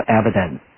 evidence